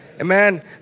Amen